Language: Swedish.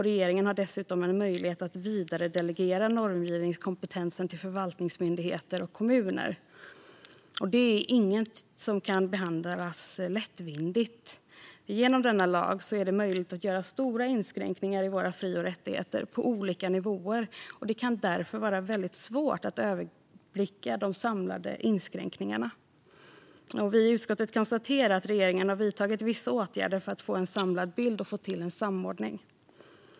Regeringen har dessutom en möjlighet att vidaredelegera normgivningskompetensen till förvaltningsmyndigheter och kommuner. Detta är inget som kan behandlas lättvindigt. Genom denna lag är det möjligt att göra stora inskränkningar i våra fri och rättigheter på olika nivåer. Det kan därför vara väldigt svårt att överblicka de samlade inskränkningarna. Vi i utskottet konstaterar att regeringen har vidtagit vissa åtgärder för att få en samlad bild och få till en samordning.